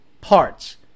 parts